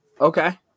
Okay